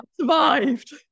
survived